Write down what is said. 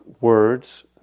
words